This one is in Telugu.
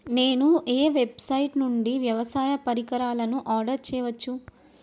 నేను ఏ వెబ్సైట్ నుండి వ్యవసాయ పరికరాలను ఆర్డర్ చేయవచ్చు?